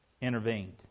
intervened